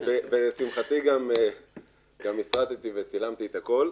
--- ולשמחתי גם הסרטתי וצילמתי את הכול.